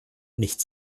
nicht